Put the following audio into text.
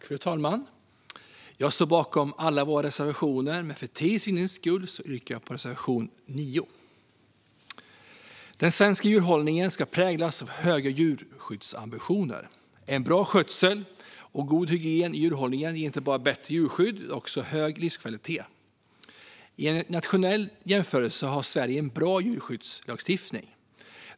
Fru talman! Jag står bakom alla våra reservationer, men för tids vinnande yrkar jag bifall endast till reservation 9. Den svenska djurhållningen ska präglas av höga djurskyddsambitioner. En bra skötsel och god hygien i djurhållningen ger inte bara bättre djurskydd utan också hög livsmedelskvalitet. I en internationell jämförelse har Sverige en bra djurskyddslagstiftning.